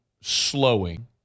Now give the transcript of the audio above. slowing